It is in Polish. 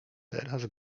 teraz